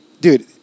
Dude